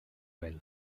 wil